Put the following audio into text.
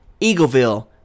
Eagleville